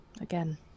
Again